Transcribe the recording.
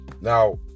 Now